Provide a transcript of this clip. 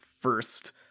first